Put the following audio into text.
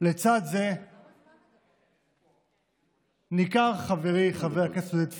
לצד זה, ניכר, חברי חבר הכנסת עודד פורר,